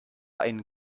einen